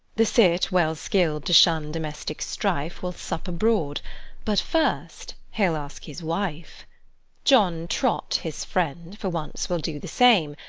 the cit, well skill'd to shun domestic strife, will sup abroad but first he'll ask his wife john trot, his friend, for once will do the same,